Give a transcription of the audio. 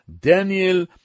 Daniel